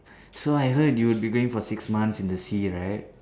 so I've heard you would be going to six months in the sea right